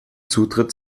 zutritt